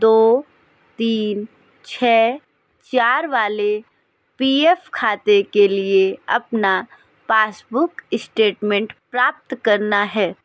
दो तीन छः चार वाले पी एफ खाते के लिए अपना पासबूक इस्टेटमेंट प्राप्त करना है